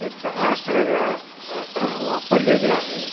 एक दहा अकरा वेळा वापरलेले आहे